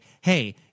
hey